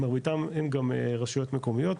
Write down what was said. במרביתם אין גם רשויות מקומיות,